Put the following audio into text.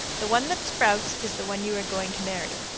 the one that sprouts is the one you are going to marry.